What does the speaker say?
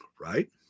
right